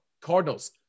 Cardinals